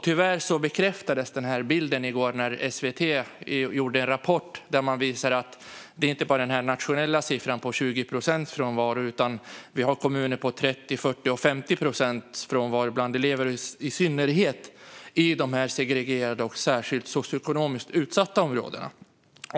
Tyvärr bekräftades denna bild av SVT i går, där man presenterade en rapport som visade att andelen frånvarande elever i många kommuner ligger långt högre än den nationella siffran på 20 procent. Det finns kommuner med 30, 40 eller 50 procents frånvaro bland eleverna, i synnerhet i de segregerade och socioekonomiskt utsatta områdena.